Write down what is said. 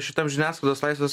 šitam žiniasklaidos laisvės